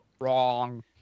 Wrong